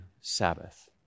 Sabbath